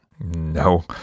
No